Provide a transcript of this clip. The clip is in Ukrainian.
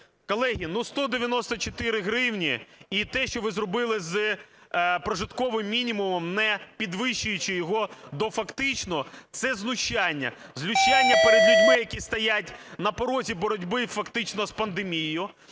Колеги, ну, 194 гривні і те, що ви зробили з прожитковим мінімумом, не підвищуючи його до фактичного, – це знущання, знущання перед людьми, які стоять на порозі боротьби фактично з пандемією,